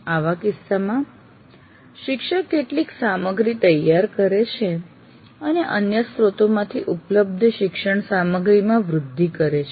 આવા કિસ્સામાં શિક્ષક કેટલીક સામગ્રી તૈયાર કરે છે અને અન્ય સ્રોતોમાંથી ઉપલબ્ધ શિક્ષણ સામગ્રીમાં વૃદ્ધિ કરે છે